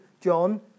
John